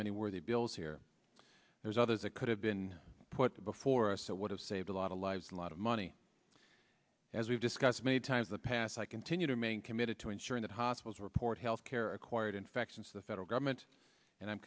many worthy bills here there's others it could have been put before us so would have saved a lot of lives lot of money as we've discussed many times the past i continue to remain committed to ensuring that hospitals report healthcare acquired infections the federal government and i'm